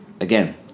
again